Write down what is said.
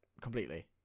completely